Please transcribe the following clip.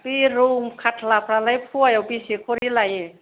बे रौ खाथला फ्रालाय फवायाव बेसे खरि लायो